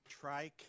Try